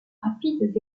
rapides